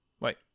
Wait